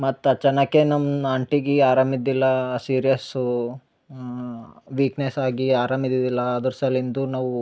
ಮತ್ತೆ ಅಚನಕೆ ನಮ್ಮ ಆಂಟಿಗಿ ಆರಾಮ ಇದ್ದಿಲ್ಲಾ ಸೀರ್ಯಸೂ ವೀಕ್ನೆಸಾಗಿ ಆರಾಮ ಇದ್ದಿದಿಲ್ಲ ಅದ್ರ ಸಲ್ಲಿಂದು ನಾವು